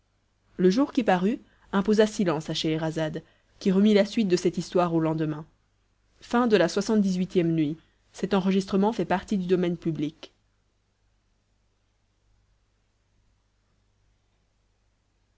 le jour qui parut imposa silence à scheherazade qui remit la suite de cette histoire au lendemain lxxix nuit